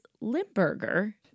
Limburger